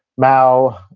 mao,